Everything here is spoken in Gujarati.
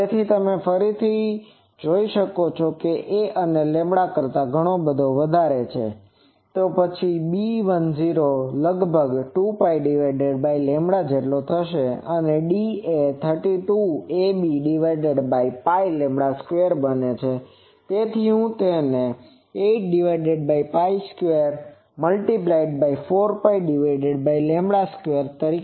તેથી ફરીથી જો a એ λ કરતા ઘણો વધારે છે તો પછી β10 લગભગ 2Π થશે છે અને D એ 32abΠλ² બને છે જેથી હું તેને 824Π2ab લખી શકું